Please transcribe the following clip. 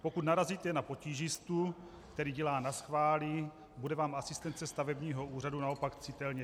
Pokud narazíte na potížistu, který dělá naschvály, bude vám asistence stavebního úřadu naopak citelně chybět.